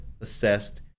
assessed